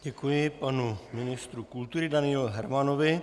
Děkuji panu ministru kultury Danielu Hermanovi.